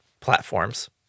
platforms